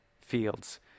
fields